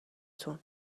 تون